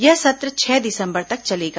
यह सत्र छह दिसंबर तक चलेगा